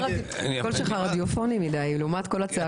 הקול שלך רדיופוני מדי לעומת כל הצעקות פה.